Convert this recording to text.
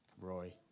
Roy